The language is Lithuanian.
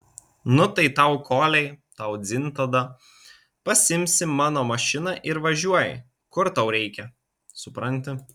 nu tai tau koliai tau dzin tada pasiimsi mano mašiną ir važiuoji kur tau reikia supranti